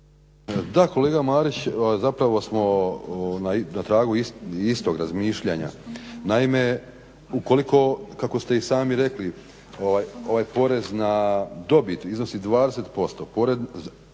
Da kolega Marić zapravo smo na tragu istog razmišljanja. Naime, ukoliko kako ste i sami rekli ovaj porez na dobit iznosi 20%,